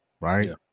right